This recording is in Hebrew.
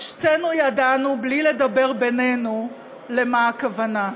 שתינו ידענו בלי לדבר בינינו לְמה הכוונה,